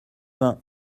vingts